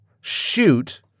Shoot